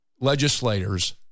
legislators